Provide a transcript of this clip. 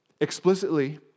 explicitly